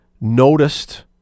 noticed